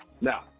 Now